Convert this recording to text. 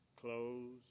clothes